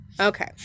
Okay